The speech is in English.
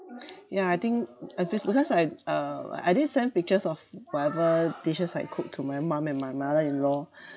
yeah I think I because I uh I did send pictures of whatever dishes I cook to my mum and my mother in-law